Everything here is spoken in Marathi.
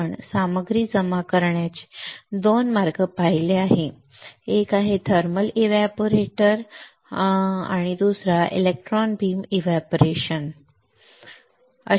आपण सामग्री जमा करण्याचे 2 मार्ग पाहिले आहेत एक थर्मल एव्हपोरेटर वापरत आहे दुसरा इलेक्ट्रॉन बीम एव्हपोरेशन वापरत आहे